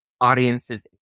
audiences